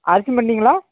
அரிசி மண்டிங்களா